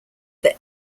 that